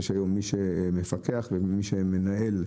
יש היום מי שמפקח ומי שמנהל.